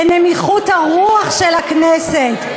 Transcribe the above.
לנמיכות הרוח של הכנסת,